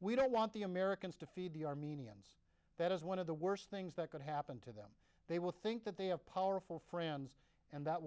we don't want the americans to feed the armenians that is one of the worst things that could happen to them they will think that they have powerful friends and that